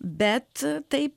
bet tai